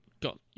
got